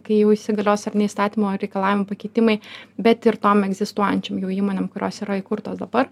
kai jau įsigalios ar ne įstatymo reikalavimų pakeitimai bet ir tom egzistuojančiom jau įmonėm kurios yra įkurtos dabar